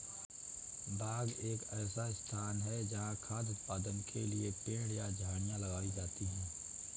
बाग एक ऐसा स्थान है जहाँ खाद्य उत्पादन के लिए पेड़ या झाड़ियाँ लगाई जाती हैं